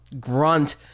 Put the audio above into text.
grunt